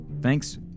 Thanks